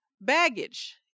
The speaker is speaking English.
Baggage